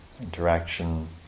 interaction